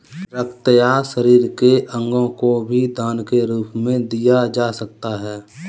रक्त या शरीर के अंगों को भी दान के रूप में दिया जा सकता है